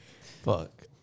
Fuck